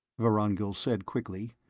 vorongil said, quickly.